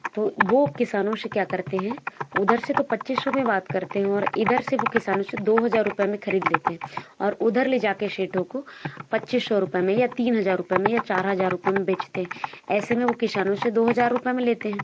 तो वो किसानों से क्या करते हैं उधर से तो पच्चीस सौ में बात करते हैं और इधर से वो किसानों से दो हज़ार रुपये में खरीद लेते हैं और उधर ले जा के सेठों को पच्चीस सौ रुपये में या तीन हज़ार रुपये में या चार हज़ार रुपये में बेचते हैं ऐसे में वो किसानों से दो हज़ार रुपये में लेते हैं